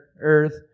Earth